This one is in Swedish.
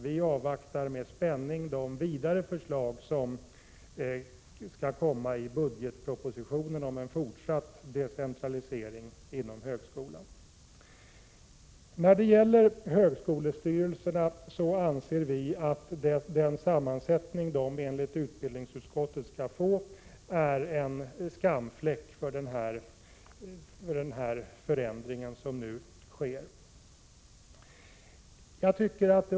Vi avvaktar med spänning de vidare förslag som skall komma i budgetpropositionen om en fortsatt decentralisering inom högskolan. När det gäller högskolestyrelserna anser vi att den sammansättning som de enligt utbildningsutskottet skall få är en skamfläck för den förändring som nu sker.